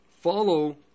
follow